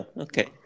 okay